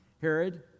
Herod